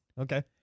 Okay